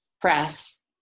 press